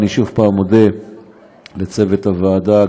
אני שוב מודה לצוות הוועדה,